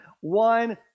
One